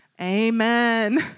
amen